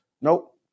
Nope